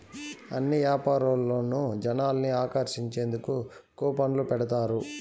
అన్ని యాపారాల్లోనూ జనాల్ని ఆకర్షించేందుకు కూపన్లు పెడతారు